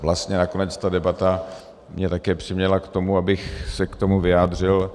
Vlastně nakonec ta debata mě také přiměla k tomu, abych se k tomu vyjádřil.